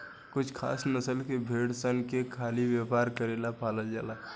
कुछ खास नस्ल के भेड़ सन के खाली व्यापार करेला पालल जाला